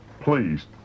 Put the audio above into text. please